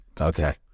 Okay